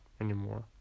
anymore